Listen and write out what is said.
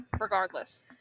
regardless